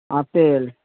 apple